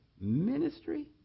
ministry